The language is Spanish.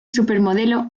supermodelo